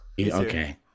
Okay